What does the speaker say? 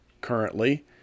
currently